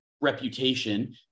reputation